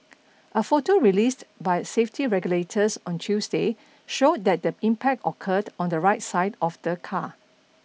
a photo released by safety regulators on Tuesday showed that the impact occurred on the right side of the car